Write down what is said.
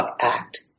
act